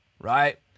right